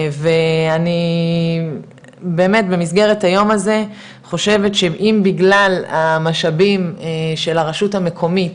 ואני באמת במסגרת היום הזה חשובת שאם בגלל המשאבים של הרשות המקומית